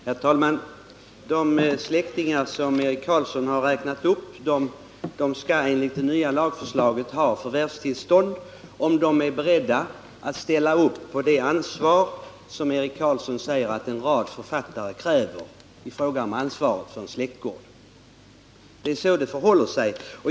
Herr talman! De släktingar som Eric Carlsson räknat upp skall enligt förslaget till ny lag ha tillstånd att förvärva, om de är beredda att ta på sig det ansvar som Eric Carlsson säger att en rad författare kräver när det gäller bevarande av släktgård. Det är så det förhåller sig.